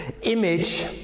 image